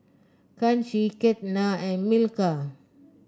Kanshi Ketna and Milkha